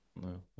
no